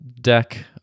deck